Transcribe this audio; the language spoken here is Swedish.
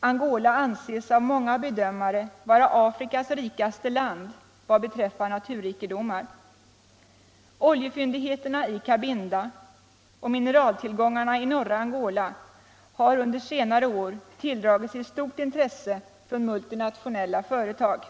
Angola anses av många bedömare vara Afrikas rikaste land vad beträffar naturrikedomar. Oljefyndigheterna i Cabinda och mineraltillgångarna i norra Angola har under senare år tilldragit sig stort intresse från multinationella företag.